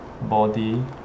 body